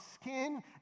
skin